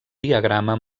diagrama